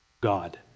God